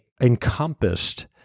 encompassed